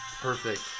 Perfect